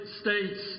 States